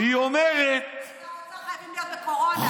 חייבים להיות בקורונה.